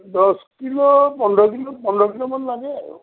দহ কিলো পোন্ধৰ কিলো পোন্ধৰ কিলোমান লাগে আৰু